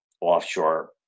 offshore